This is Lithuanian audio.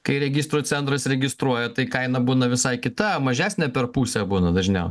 kai registrų centras registruoja tai kaina būna visai kita mažesnė per pusę būna dažniau